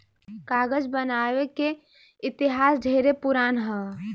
कागज बनावे के इतिहास ढेरे पुरान ह